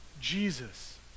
Jesus